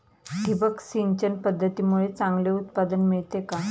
ठिबक सिंचन पद्धतीमुळे चांगले उत्पादन मिळते का?